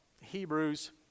Hebrews